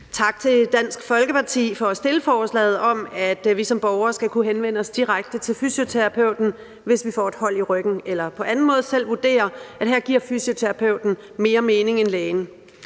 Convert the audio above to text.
tak til Dansk Folkeparti for at fremsætte forslaget om, at vi som borgere skal kunne henvende os direkte til fysioterapeuten, hvis vi får et hold i ryggen eller på anden måde selv vurderer, at her giver fysioterapeuten mere mening end lægen.